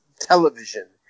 television